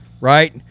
right